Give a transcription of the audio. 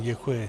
Děkuji.